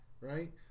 Right